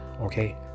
okay